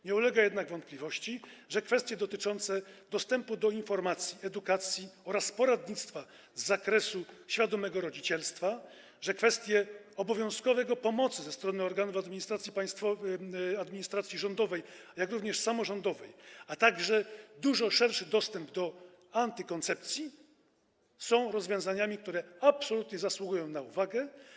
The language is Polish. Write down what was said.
Nie ulega jednak wątpliwości, że kwestie dotyczące dostępu do informacji, edukacji oraz poradnictwa z zakresu świadomego rodzicielstwa, kwestie obowiązkowej pomocy ze strony organów administracji rządowej, jak również samorządowej, a także dużo szerszy dostęp do antykoncepcji to rozwiązania, które absolutnie zasługują na uwagę.